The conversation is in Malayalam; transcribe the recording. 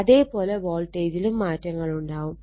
അതേ പോലെ വോൾട്ടേജിലും മാറ്റങ്ങൾ ഉണ്ടാവും